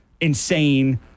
insane